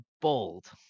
bold